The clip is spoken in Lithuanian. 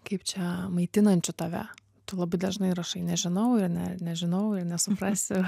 kaip čia maitinančių tave tu labai dažnai rašai nežinau ar ne nežinau nesuprasi